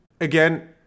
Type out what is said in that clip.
Again